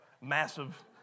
massive